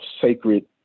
sacred